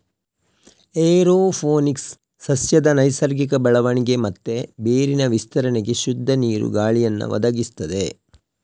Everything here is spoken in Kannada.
ಏರೋಪೋನಿಕ್ಸ್ ಸಸ್ಯದ ನೈಸರ್ಗಿಕ ಬೆಳವಣಿಗೆ ಮತ್ತೆ ಬೇರಿನ ವಿಸ್ತರಣೆಗೆ ಶುದ್ಧ ನೀರು, ಗಾಳಿಯನ್ನ ಒದಗಿಸ್ತದೆ